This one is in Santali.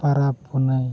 ᱯᱚᱨᱚᱵᱽ ᱯᱩᱱᱟᱹᱭ